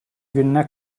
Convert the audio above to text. gününe